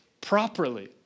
properly